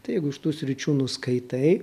tai jeigu iš tų sričių nuskaitai